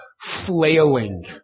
flailing